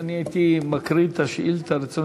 אני הייתי מקריא את השאילתה: "ברצוני